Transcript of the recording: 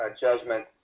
judgment